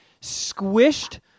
squished